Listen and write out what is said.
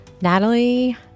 Natalie